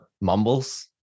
mumbles